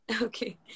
Okay